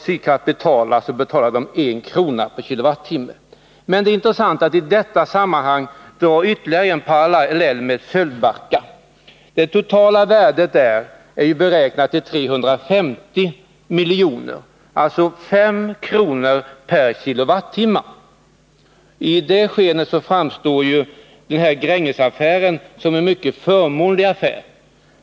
Sydkraft betalar 1 kr. per kWh. Men det är intressant att i detta sammanhang dra ytterligare en parallell med Sölvbacka. Det totala värdet där är beräknat till 350 milj.kr., alltså 5 kr. per kWh. I jämförelse med detta framstår Grängesaffären som en mycket förmånlig affär.